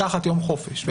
לקחת יום חופש.